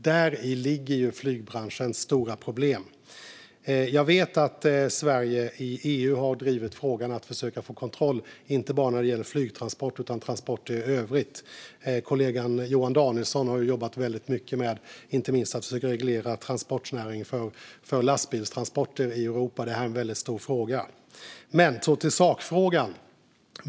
Däri ligger flygbranschens stora problem. Jag vet att Sverige i EU har drivit frågan att försöka få kontroll inte bara när det gäller flygtransport utan transporter i övrigt. Kollegan Johan Danielsson har inte minst jobbat väldigt mycket med att försöka reglera transportnäringen vad gäller lastbilstransporter i Europa. Det är en väldigt stor fråga. Så till sakfrågan.